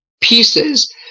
pieces